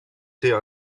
tee